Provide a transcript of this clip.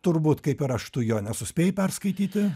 turbūt kaip ir aš tu jo nesuspėjai perskaityti